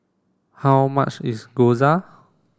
how much is Gyoza